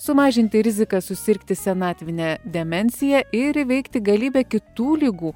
sumažinti riziką susirgti senatvine demencija ir įveikti galybę kitų ligų